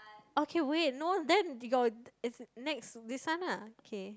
okay wait no then we got is next this one lah okay